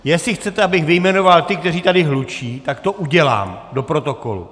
Jestli chcete, abych vyjmenoval ty, kteří tady hlučí, tak to udělám do protokolu.